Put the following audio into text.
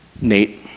Nate